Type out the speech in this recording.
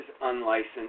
unlicensed